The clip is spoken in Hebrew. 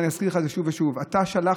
ואני אזכיר לך את זה שוב ושוב: אתה שלחת